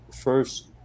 first